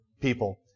people